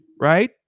right